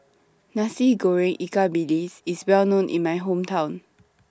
Nasi Goreng Ikan Bilis IS Well known in My Hometown